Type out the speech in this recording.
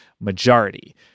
majority